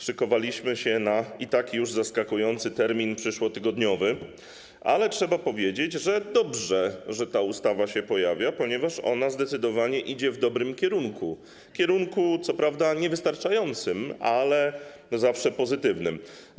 Szykowaliśmy się na - i tak już zaskakujący - termin przyszłotygodniowy, ale trzeba powiedzieć, że dobrze, że ta ustawa się pojawia, ponieważ ona zdecydowanie idzie w dobrym kierunku, kierunku co prawda niewystarczającym, ale zawsze pozytywnym.